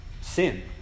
sin